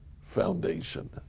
foundation